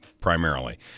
primarily